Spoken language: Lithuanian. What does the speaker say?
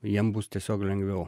jiem bus tiesiog lengviau